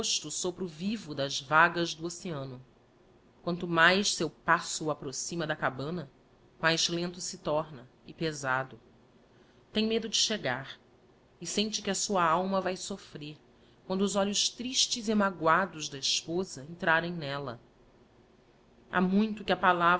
sopro vivo das vagas do oceano quanto mais seu passo o approxima da cabana mais lento se torna e pesado tem medo de chegar e sente que a sua alma vae soflfrer quando os olhos tristes e magoados da esposa entrarem nella ha muito que a palavra